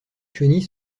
chenilles